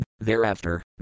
Thereafter